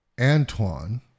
Antoine